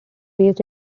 raised